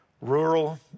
rural